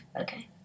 Okay